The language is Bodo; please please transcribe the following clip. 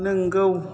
नोंगौ